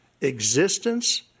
existence